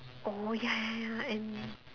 oh ya ya ya any